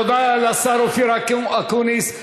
תודה לשר אופיר אקוניס.